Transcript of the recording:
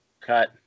Cut